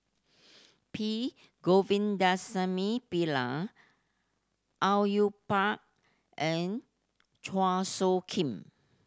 P Govindasamy Pillai Au Yue Pak and Chua Soo Khim